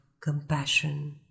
compassion